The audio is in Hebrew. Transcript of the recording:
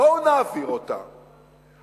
בואו נעביר אותה,